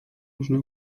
można